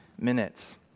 minutes